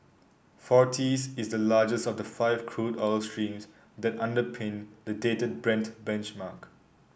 forties is the largest of the five crude oil streams that underpin the dated Brent benchmark